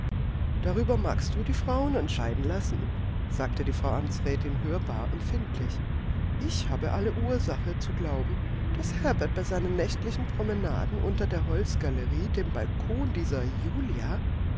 darüber magst du die frauen entscheiden lassen sagte die frau amtsrätin hörbar empfindlich ich habe alle ursache zu glauben daß herbert bei seinen nächtlichen promenaden unter der holzgalerie dem balkon dieser julia